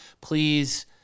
please